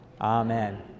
Amen